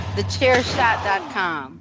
TheChairShot.com